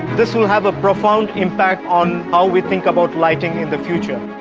this will have a profound impact on how we think about lighting in the future.